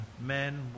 men